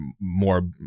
more